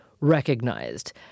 recognized